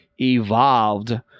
evolved